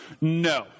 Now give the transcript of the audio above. No